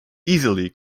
easily